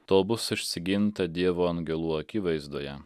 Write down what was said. to bus išsiginta dievo angelų akivaizdoje